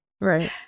right